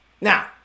Now